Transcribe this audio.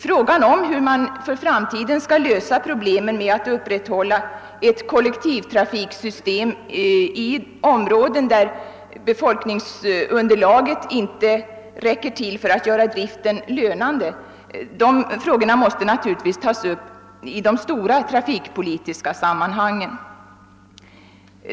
Frågan om hur man för framtiden skall lösa problemet med att driva ett kollektivtrafiksystem i områden, där befolkningsunderlaget inte räcker till för att göra driften lönsam, måste naturligtvis tas upp i de stora trafikpolitiska sammanhangen.